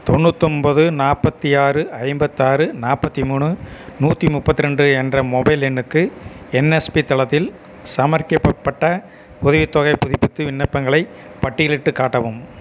தொண்ணூத்தொம்பது நாற்பத்தி ஆறு ஐம்பத்தாறு நாற்பத்தி மூணு நூற்றி முப்பத்திரெண்டு என்ற மொபைல் எண்ணுக்கு என்எஸ்பி தளத்தில் சமர்பிக்கப்பட்ட உதவித்தொகைப் புதுப்பித்து விண்ணப்பங்களைப் பட்டியலிட்டுக் காட்டவும்